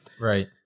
right